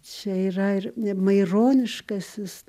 čia yra ir maironiškasis